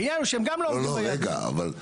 העניין הוא שהם גם לא עומדים ביעדים --- אבל אי